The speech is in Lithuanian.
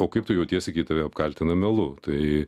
o kaip tu jautiesi kai tave apkaltina melu tai